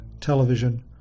television